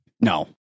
No